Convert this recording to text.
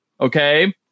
Okay